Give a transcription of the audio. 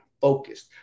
focused